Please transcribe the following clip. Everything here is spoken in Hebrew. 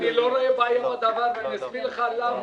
אני לא רואה בעיה עם הדבר, ואני אסביר לך למה.